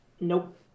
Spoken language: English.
nope